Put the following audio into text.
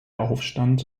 aufstand